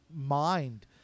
mind